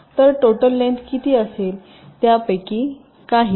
तर total length किती असेल त्यापैकी काही